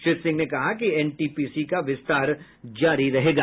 श्री सिंह ने कहा कि एनटीपीसी का विस्तार जारी रहेगा